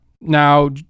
now